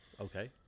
Okay